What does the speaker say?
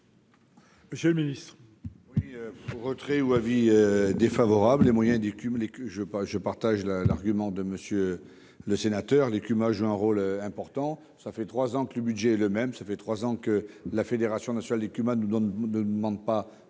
monsieur le ministre,